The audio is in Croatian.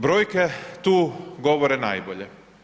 Brojke tu govore najbolje.